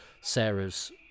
sarah's